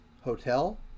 Hotel